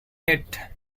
yet